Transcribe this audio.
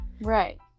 right